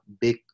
big